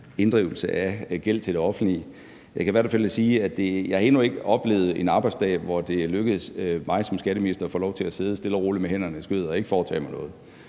inddrivelse af gæld til det offentlige. Jeg kan i hvert fald sige, at jeg endnu ikke har oplevet en arbejdsdag, hvor det er lykkedes mig som skatteminister at få lov til at sidde stille og roligt med hænderne i skødet og ikke foretage mig noget.